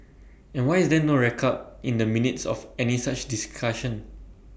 and why is there no record in the minutes of any such discussion